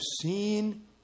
seen